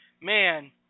Man